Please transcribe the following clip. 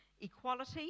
equality